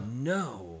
no